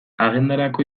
agendarako